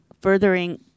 furthering